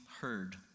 heard